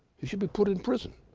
he should be put in prison.